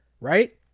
right